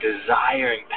desiring